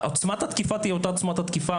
עוצמת התקיפה תהיה עוצמת התקיפה,